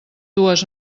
dues